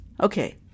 Okay